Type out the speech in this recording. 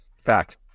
Fact